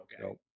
Okay